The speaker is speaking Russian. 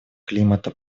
климата